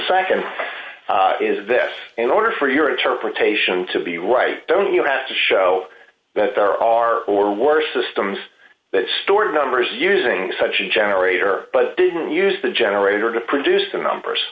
nd is that in order for your interpretation to be right don't you have to show that there are or worse systems that stored numbers using such a generator but didn't use the generator to produce the numbers